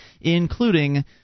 including